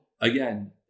again